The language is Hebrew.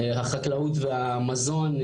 החקלאות והמזון.